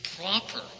proper